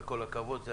וכל הכבוד.